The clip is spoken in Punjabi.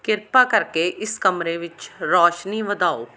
ਕਿਰਪਾ ਕਰਕੇ ਇਸ ਕਮਰੇ ਵਿੱਚ ਰੌਸ਼ਨੀ ਵਧਾਓ